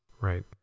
Right